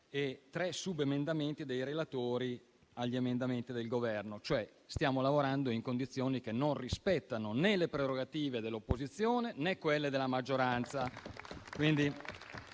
e tre subemendamenti dei relatori agli emendamenti del Governo. Stiamo lavorando in condizioni che non rispettano né le prerogative dell'opposizione, né quelle della maggioranza.